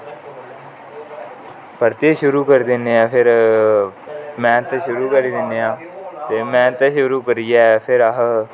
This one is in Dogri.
परतियै शुरु करी दिने हा फिर मैहनत शुरु करी दिन्ने आं फिर मेहनत शुरु करियै फिर अस